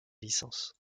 licence